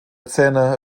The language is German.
zähne